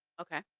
okay